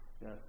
yes